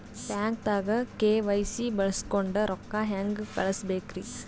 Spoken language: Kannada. ಬ್ಯಾಂಕ್ದಾಗ ಕೆ.ವೈ.ಸಿ ಬಳಸ್ಕೊಂಡ್ ರೊಕ್ಕ ಹೆಂಗ್ ಕಳಸ್ ಬೇಕ್ರಿ?